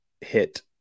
hit